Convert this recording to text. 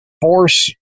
force